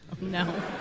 No